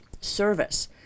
service